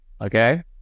Okay